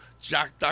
Jack